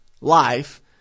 life